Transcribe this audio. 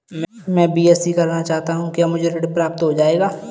मैं बीएससी करना चाहता हूँ क्या मुझे ऋण प्राप्त हो जाएगा?